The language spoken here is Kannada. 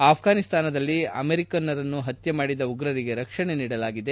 ಆಫ್ರಾನಿಸ್ತಾನದಲ್ಲಿ ಅಮೆರಿಕನ್ನರನ್ನು ಹತ್ಯೆ ಮಾಡಿದ ಉಗ್ರರಿಗೆ ರಕ್ಷಣೆ ನೀಡಿದೆ